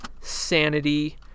sanity